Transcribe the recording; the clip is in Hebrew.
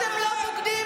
אתם לא בוגדים,